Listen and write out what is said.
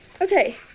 Okay